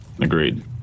Agreed